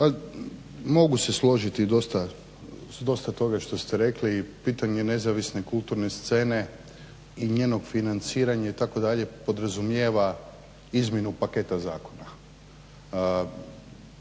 Mogu se složiti s dosta toga što ste rekli pitanje nezavisne kulturne scene i njenog financiranja itd. podrazumijeva izmjenu paketa zakona,